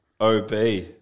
OB